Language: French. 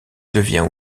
devient